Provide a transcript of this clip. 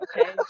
okay